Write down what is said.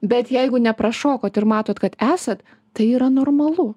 bet jeigu neprašokot ir matot kad esat tai yra normalu